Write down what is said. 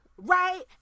Right